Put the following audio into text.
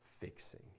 fixing